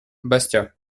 bastia